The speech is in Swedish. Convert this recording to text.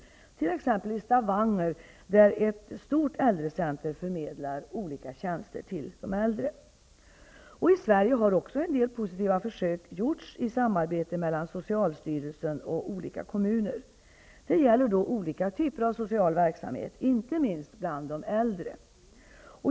I t.ex. Stavanger förmedlar ett stort äldrecenter olika tjänster till de äldre. I Sverige har en del positiva försök gjorts i samarbete mellan socialstyrelsen och olika kommuner. Det gäller då olika typer av social verksamhet, inte minst bland de äldre.